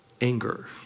anger